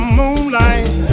moonlight